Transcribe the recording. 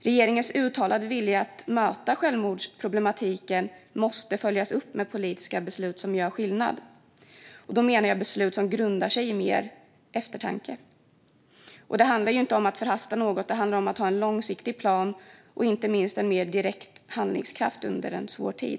Regeringens uttalade vilja att möta självmordsproblematiken måste följas upp med politiska beslut som gör skillnad. Och då menar jag beslut som grundar sig i mer eftertanke. Det handlar inte om att hasta fram något, utan det handlar om att ha en långsiktig plan och inte minst en mer direkt handlingskraft under en svår tid.